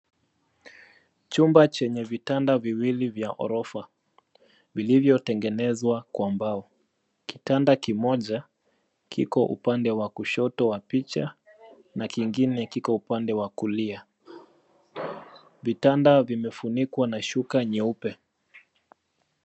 Chumba chenye vitanda viwili vya ghorofa vilivyotengenezwa kwa mbao. Kitanda kimoja kiko upande wa kushoto wa picha na kingine kiko upande wa kulia. Vitanda vimefunikwa na shuka nyeupe.